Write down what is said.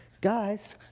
guys